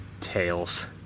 Tails